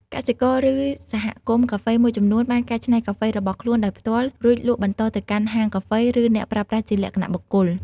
កសិករ ឬសហគមន៍កាហ្វេមួយចំនួនបានកែច្នៃកាហ្វេរបស់ខ្លួនដោយផ្ទាល់ រួចលក់បន្តទៅកាន់ហាងកាហ្វេ ឬអ្នកប្រើប្រាស់ជាលក្ខណៈបុគ្គល។